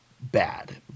bad